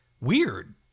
weird